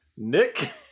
Nick